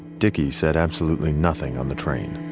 dickie said absolutely nothing on the train.